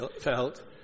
felt